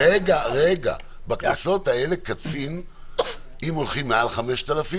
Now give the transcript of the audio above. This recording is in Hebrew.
בקנסות האלה אם הולכים מעל 5,000,